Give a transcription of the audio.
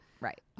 Right